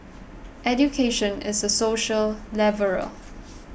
education is a social leveller